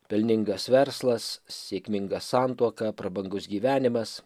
pelningas verslas sėkminga santuoka prabangus gyvenimas